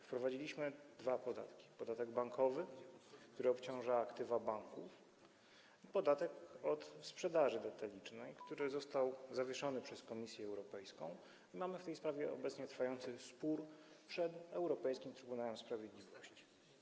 Wprowadziliśmy dwa podatki: podatek bankowy, który obciąża aktywa banków, i podatek od sprzedaży detalicznej, który został zawieszony przez Komisję Europejską, mamy w tej sprawie obecnie trwający spór przed Europejskim Trybunałem Sprawiedliwości.